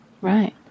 Right